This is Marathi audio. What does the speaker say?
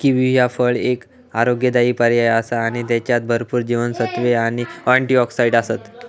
किवी ह्या फळ एक आरोग्यदायी पर्याय आसा आणि त्येच्यात भरपूर जीवनसत्त्वे आणि अँटिऑक्सिडंट आसत